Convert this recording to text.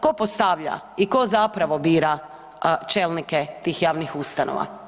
Ko postavlja i ko zapravo bira čelnike tih javnih ustanova?